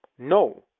no,